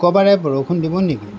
শুক্ৰবাৰে বৰষুণ দিব নেকি